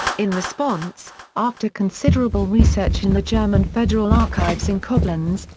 in response, after considerable research in the german federal archives in koblenz,